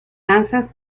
danzas